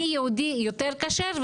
מי יהודי יותר כשר,